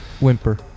Whimper